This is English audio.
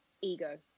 Ego